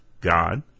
God